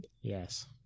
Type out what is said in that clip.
Yes